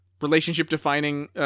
relationship-defining